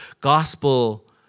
gospel